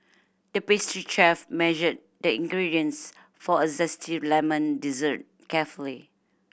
the pastry chef measured the ingredients for a zesty lemon dessert carefully